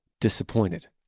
disappointed